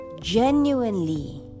genuinely